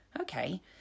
okay